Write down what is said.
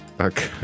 Okay